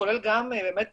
כולל גם פעילות,